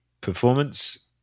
performance